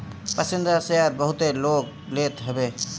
पसंदीदा शेयर बहुते लोग लेत हवे